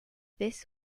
this